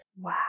Wow